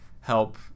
help